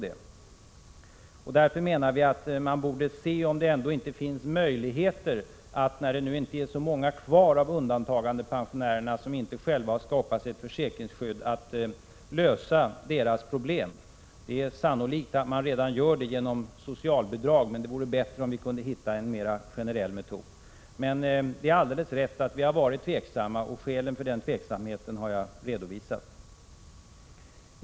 Därför menar vi att man borde se om det ändå inte finns möjligheter, när det nu inte är så många kvar av undantagandepensionärer som inte själva skaffat sig ett försäkringsskydd, att lösa deras problem. Det är sannolikt att man redan gör det genom socialbidrag, men det vore bättre om vi kunde hitta en mera generell metod. Det är alltså helt riktigt att vi varit tveksamma. Skälet till denna tveksamhet har jag redovisat.